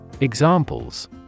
Examples